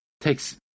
takes